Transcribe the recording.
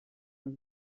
dans